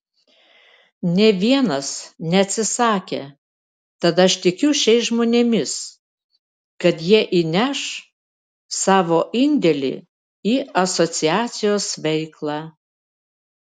nė vienas neatsisakė tad aš tikiu šiais žmonėmis kad jie įneš savo indėlį į asociacijos veiklą